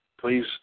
Please